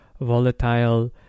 volatile